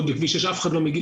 צפון,